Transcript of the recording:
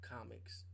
Comics